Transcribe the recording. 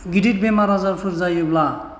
गिदिर बेमार आजारफोर जायोब्ला